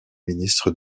ministre